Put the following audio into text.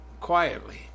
quietly